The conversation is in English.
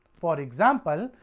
for example,